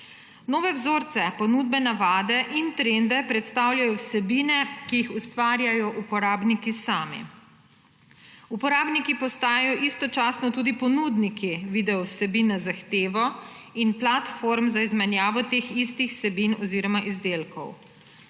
Nove vzorce, ponudbe, navade in trende predstavljajo vsebine, ki jih ustvarjajo uporabniki sami. Uporabniki postajajo istočasno tudi ponudniki video vsebine z zahtevo in platform za izmenjavo teh istih vsebin oziroma izdelkov.